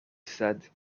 said